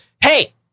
Hey